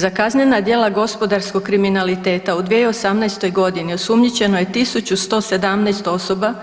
Za kaznena djela gospodarskog kriminaliteta u 2018. godini osumnjičeno je 1117 osoba